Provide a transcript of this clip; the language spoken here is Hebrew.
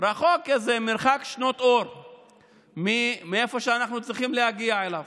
רחוק איזה מרחק שנות אור מאיפה שאנחנו צריכים להגיע אליו.